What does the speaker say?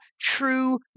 true